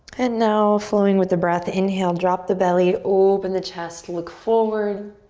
and now flowing with the breath, inhale drop the belly, open the chest, look forward.